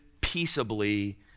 peaceably